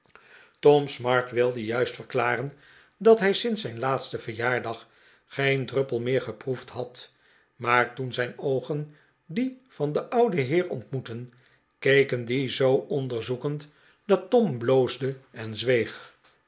tom smart wilde juist verklaren dat hij sinds zijn laatsten verjaardag geen druppel meer geproefd had maar toen zijn oogen die van den ouden heer ontmoetten keken die zoo onderzoekend dat tom bloosde en zweeg